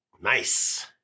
Nice